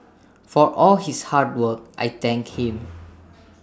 for all his hard work I thank him